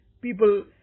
people